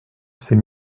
ces